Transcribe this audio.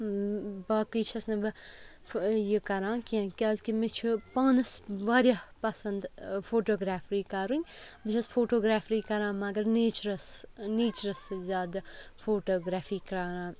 باقٕے چھَس نہٕ بہٕ یہِ کَران کیٚنٛہہ کیٛازِکہِ مےٚ چھُ پانَس واریاہ پَسَنٛد فوٹوگرٛیفری کَرٕنۍ بہٕ چھَس فوٹوگرٛیفری کَران مگر نیچرَس نیچرَس سۭتۍ زیادٕ فوٹوگرٛافی کَران